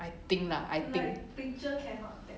I think lah I think